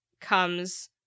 comes